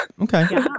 okay